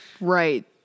right